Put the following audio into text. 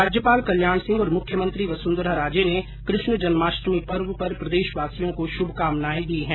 राज्यपाल कल्याण सिंह और मुख्यमंत्री वसुंधरा राजे ने कृष्ण जन्माष्टमी पर्व पर प्रदेशवासियों को शुभकामनाएं दी है